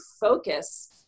focus